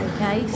Okay